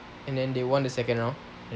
and then they won the second round